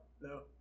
No